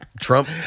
Trump